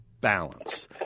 BALANCE